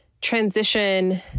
transition